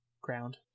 ground